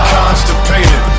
Constipated